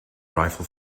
rifle